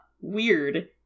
weird